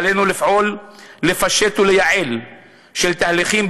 עלינו לפעול לפשט ולייעל תהליכים,